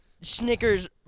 Snickers